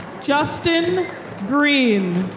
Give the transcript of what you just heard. justin greene.